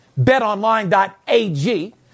betonline.ag